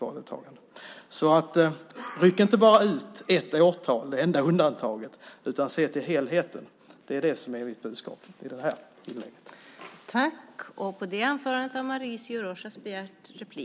Ryck alltså inte bara ut det årtal som utgör det enda undantaget utan se till helheten! Det är mitt budskap i detta inlägg.